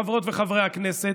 חברות וחברי הכנסת,